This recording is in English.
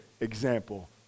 example